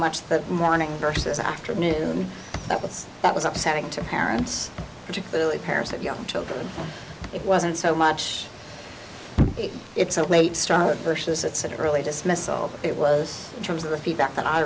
much that morning versus afternoon that was that was upsetting to parents particularly parents of young children it wasn't so much it's a late start versus that said early dismissal it was in terms of the feedback that i